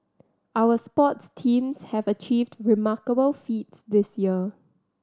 our sports teams have achieved remarkable feats this year